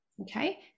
Okay